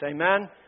Amen